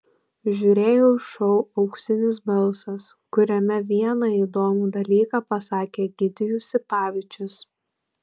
žiūrėjau šou auksinis balsas kuriame vieną įdomų dalyką pasakė egidijus sipavičius